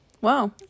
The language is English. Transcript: wow